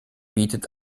bietet